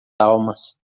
almas